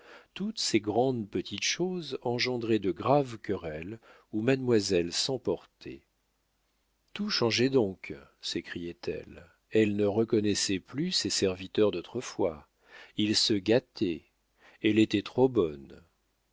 toutes ces grandes petites choses engendraient de graves querelles où mademoiselle s'emportait tout changeait donc s'écriait-elle elle ne reconnaissait plus ses serviteurs d'autrefois ils se gâtaient elle était trop bonne